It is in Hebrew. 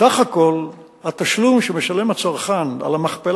בסך כל התשלום שמשלם הצרכן על המכפלה